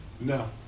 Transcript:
No